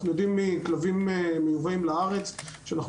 אנחנו יודעים מכלבים מיובאים לארץ שאנחנו